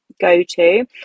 go-to